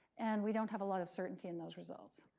and we don't have a lot of certainty in those results.